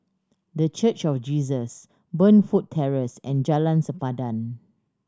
The Church of Jesus Burnfoot Terrace and Jalan Sempadan